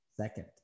Second